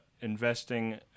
investing